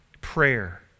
prayer